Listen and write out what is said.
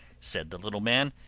said the little man.